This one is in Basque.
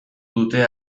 dute